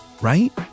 right